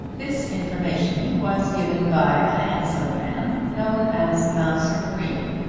this information was given by a handsome man, known as mounser green,